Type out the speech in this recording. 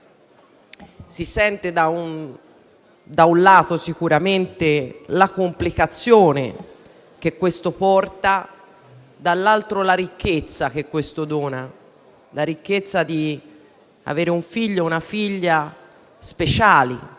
si sente sicuramente la complicazione che questo porta, dall'altro, la ricchezza che questo dona: la ricchezza di avere un figlio o una figlia speciali,